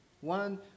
one